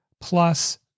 plus